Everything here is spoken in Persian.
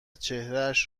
چهرهاش